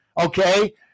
Okay